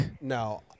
No